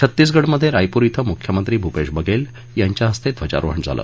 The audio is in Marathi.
छत्तीसगढमध्ये रायपुर िं मुख्यमंत्री भूपेश बाघेल यांच्या हस्ते ध्वजारोहण झालं